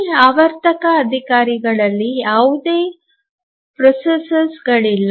ಈ ಆವರ್ತಕ ಅಧಿಕಾರಿಗಳಲ್ಲಿ ಯಾವುದೇ ಪ್ರೊಸೆಸರ್ಸಂಸ್ಕಾರಕಗಳಿಲ್ಲ